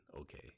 Okay